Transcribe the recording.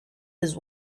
this